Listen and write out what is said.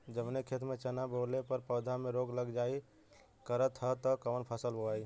जवने खेत में चना बोअले पर पौधा में रोग लग जाईल करत ह त कवन फसल बोआई?